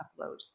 upload